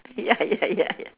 ya ya ya ya